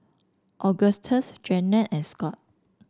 Augustus Jeanette and Scott